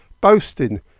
boasting